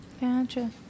Gotcha